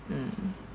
mm